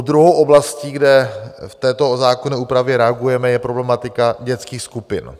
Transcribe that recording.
Druhou oblastí, kde v této zákonné úpravě reagujeme, je problematika dětských skupin.